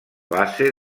base